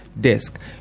Desk